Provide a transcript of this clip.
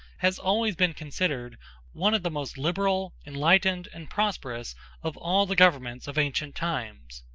has always been considered one of the most liberal, enlightened, and prosperous of all the governments of ancient times.